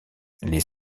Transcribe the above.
les